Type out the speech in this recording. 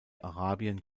arabien